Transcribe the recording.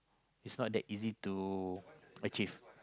it's not that easy to achieve